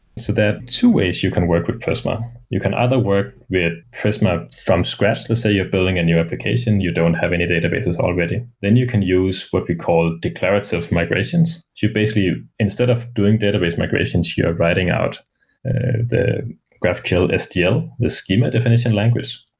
so two ways you can work with prisma. you can either work with prisma from scratch. let's say you're building a new application, you don't have any databases already. then you can use what we call declarative migrations. you basically, instead of doing database migrations, you are writing out the graphql sdl, the schema definition language.